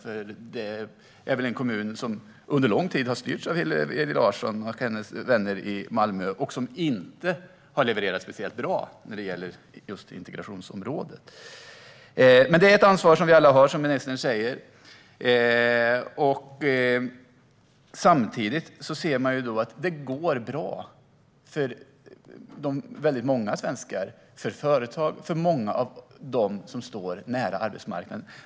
Det är en kommun som har styrts av Hillevi Larsson och hennes vänner under lång tid och som inte har levererat särskilt bra resultat på just integrationsområdet. Det här är ett ansvar som vi alla har, vilket ministern säger. Vi ser samtidigt att det går bra för väldigt många svenskar - för företag och för många av dem som står nära arbetsmarknaden.